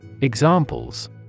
Examples